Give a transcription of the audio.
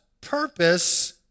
purpose